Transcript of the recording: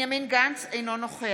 מצביעה בנימין גנץ, אינו נוכח